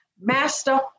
master